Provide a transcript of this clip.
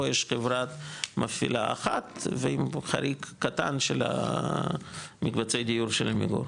פה יש חברה מפעילה אחת ועם פה חריג קטן של המקבצי דיור של עמיגור.